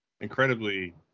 Incredibly